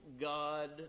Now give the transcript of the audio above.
God